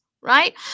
right